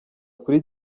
kuri